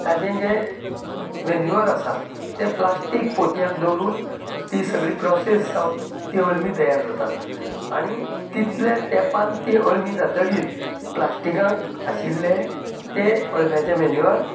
ताजें जे मेन्युअर आसा तें प्लास्टीक पोतयांत दवरून ती सगळी प्रोसेस जावन ती अळमीं तयार जातात आनी कितल्या तेंपान ती अळमीं जातकीर प्लास्टीकांत आशिल्ले तें अळम्यांचें मेन्युअर